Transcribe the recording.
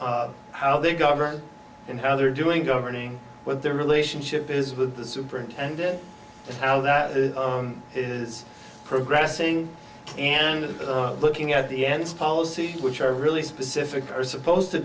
at how they govern and how they're doing governing what their relationship is with the superintendent now that it is progressing and looking at the end policy which are really specific are supposed to